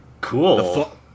Cool